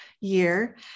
year